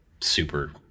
super